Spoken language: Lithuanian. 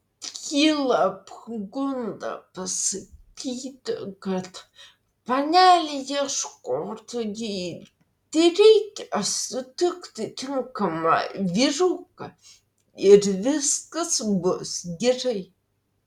kyla pagunda pasakyti kad panelei ieškotojai tereikia sutikti tinkamą vyruką ir viskas bus gerai